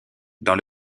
dans